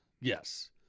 yes